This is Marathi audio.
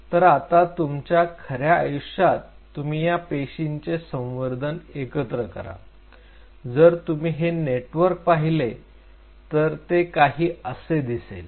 तर आता तुमच्या खऱ्या आयुष्यात तुम्ही या पेशींचे संवर्धन एकत्र करा जर तुम्ही हे नेटवर्क पाहिले तर ते काही असे दिसेल